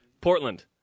Portland